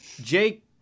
Jake